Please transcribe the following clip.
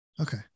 Okay